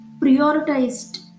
prioritized